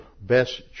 best